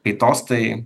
kaitos tai